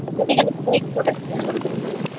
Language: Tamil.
அந்த ஃபெஃபிக்கால் வைச்சி டைட் போட்ட டிசைன் கொடுக்குற மாதிரி